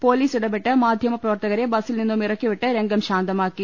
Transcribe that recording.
police ഇടപെട്ട് മാധ്യമ പ്രവർത്തകരെ ബസിൽ നിന്നും ഇറ ക്കിവിട്ട് രംഗം ശാന്തമാക്കി